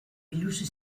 biluzi